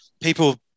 people